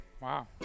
wow